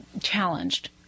challenged